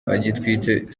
agitwite